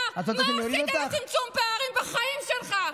אתה, מה לעשות לצמצום לפערים בחיים שלך?